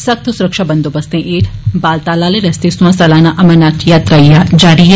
सख्त सुरक्षा बंदोबस्तें हेठ बालटाल आले रस्ते सोयां सालाना अमरनाथ यात्रा जारी ऐ